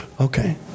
Okay